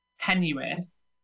tenuous